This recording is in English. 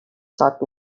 sought